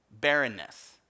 barrenness